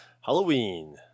Halloween